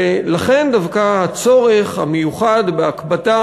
ולכן דווקא הצורך המיוחד בהקפדה,